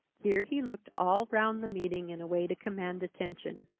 here he looked all round the meeting in a way to command attention